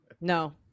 No